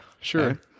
sure